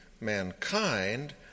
mankind